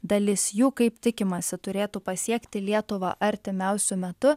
dalis jų kaip tikimasi turėtų pasiekti lietuvą artimiausiu metu